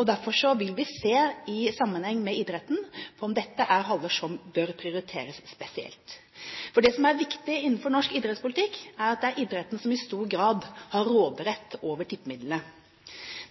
og derfor vil vi se på – i sammenheng med idretten – om dette er haller som bør prioriteres spesielt. Det som er viktig innenfor norsk idrettspolitikk, er at det er idretten som i stor grad har råderett over tippemidlene.